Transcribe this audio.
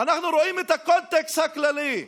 אנחנו רואים את הקונטקסט הכללי.